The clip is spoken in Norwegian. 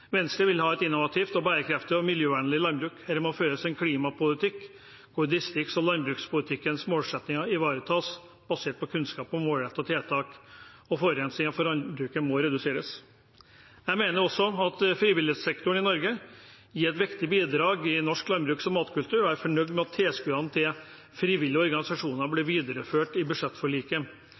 Venstre vil ha et innovativt, bærekraftig og miljøvennlig landbruk. Det må føres en klimapolitikk hvor distrikts- og landbrukspolitiske målsettinger ivaretas basert på kunnskap og målrettede tiltak, og forurensningen i landbruket må reduseres. Jeg mener også at frivillighetssektoren i Norge gir et viktig bidrag til norsk landbruks- og matkultur, og jeg er fornøyd med at tilskuddene til frivillige organisasjoner blir videreført i budsjettforliket.